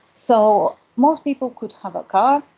so most people could have a car,